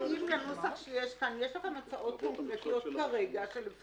האם יש לכם הצעות קונקרטיות כרגע לנוסח שמופיע פה,